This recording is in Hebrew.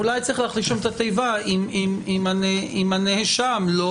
אולי צריך להכניס שם את התיבה: אם הנאשם לא